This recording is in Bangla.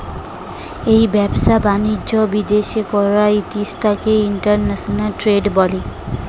যেই ব্যবসা বাণিজ্য বিদ্যাশে করা হতিস তাকে ইন্টারন্যাশনাল ট্রেড বলে